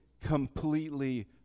completely